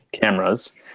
cameras